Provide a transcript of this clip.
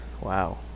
Wow